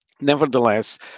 Nevertheless